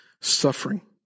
suffering